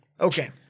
Okay